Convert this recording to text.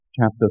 Chapter